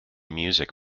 music